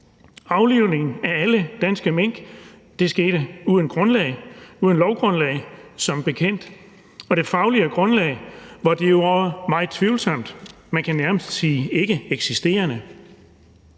Aflivningen af alle danske mink skete som bekendt uden lovgrundlag, og det faglige grundlag var også meget tvivlsomt, man kan nærmest sige ikkeeksisterende.